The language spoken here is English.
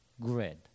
grid